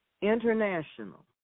international